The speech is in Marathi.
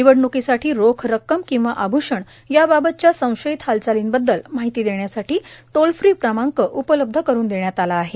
निवडण्कीसाठी रोख रक्कम किंवा आभ्षण या बाबतच्या संशयित हालचालिंबद्दल माहिती देण्यासाठी टोल फ्री क्रमांक उपलब्ध करून देण्यात आला आहे